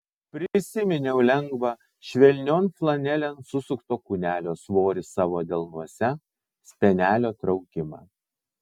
prisiminiau lengvą švelnion flanelėn susukto kūnelio svorį savo delnuose spenelio traukimą